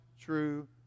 true